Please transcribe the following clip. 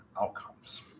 outcomes